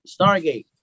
Stargate